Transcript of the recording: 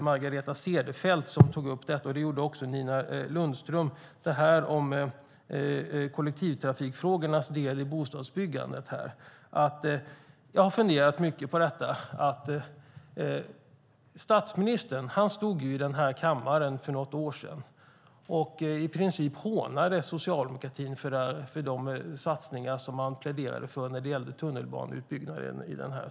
Margareta Cederfelt och Nina Lundström tog upp kollektivtrafikfrågornas roll i bostadsbyggandet. Statsministern stod i kammaren för något år sedan och i princip hånade socialdemokratin för de satsningar vi pläderade för när det gäller tunnelbaneutbyggnaden i Stockholm.